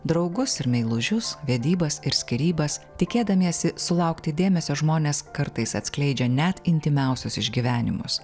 draugus ir meilužius vedybas ir skyrybas tikėdamiesi sulaukti dėmesio žmonės kartais atskleidžia net intymiausius išgyvenimus